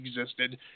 existed